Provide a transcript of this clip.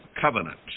covenant